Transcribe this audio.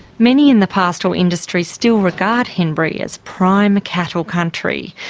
many in the pastoral industry still regard henbury as prime cattle country,